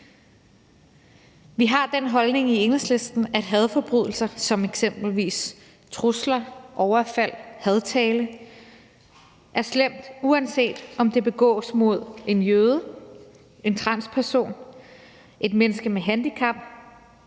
Vi har den holdning i Enhedslisten, at hadforbrydelser som eksempelvis trusler, overfald og hadtale er slemme, uanset om de begås mod en jøde, en transperson, et menneske med handicap